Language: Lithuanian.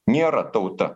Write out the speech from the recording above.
nėra tauta